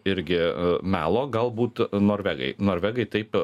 irgi melo galbūt norvegai norvegai taip